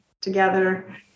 together